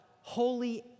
holy